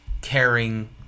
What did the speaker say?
caring